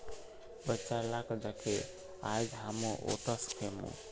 बच्चा लाक दखे आइज हामो ओट्स खैनु